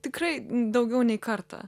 tikrai daugiau nei kartą